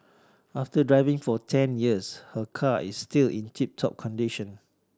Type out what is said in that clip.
after driving for ten years her car is still in tip top condition